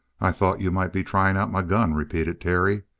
i thought you might be trying out my gun, repeated terry.